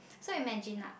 so imagine now